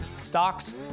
Stocks